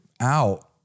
out